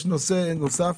יש נושא נוסף,